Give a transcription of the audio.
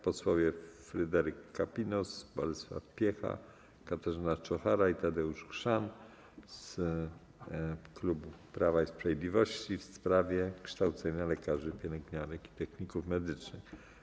Posłowie Fryderyk Kapinos, Bolesław Piecha, Katarzyna Czochara i Tadeusz Chrzan z klubu Prawa i Sprawiedliwości w sprawie kształcenia lekarzy, pielęgniarek i techników medycznych.